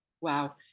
Wow